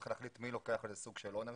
צריך להחליט מי לוקח איזה סוג של אונר-שיפ.